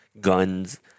guns